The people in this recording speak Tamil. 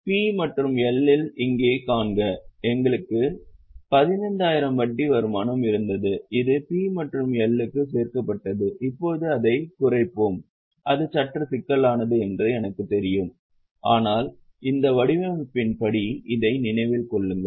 P மற்றும் L இல் இங்கே காண்க எங்களுக்கு 15000 வட்டி வருமானம் இருந்தது இது P மற்றும் L க்கு சேர்க்கப்பட்டது இப்போது அதைக் குறைப்போம் இது சற்று சிக்கலானது என்று எனக்குத் தெரியும் ஆனால் இந்த வடிவமைப்பின் படி இதை நினைவில் கொள்ளுங்கள்